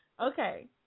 Okay